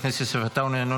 חבר הכנסת יוסף עטאונה,